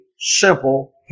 simple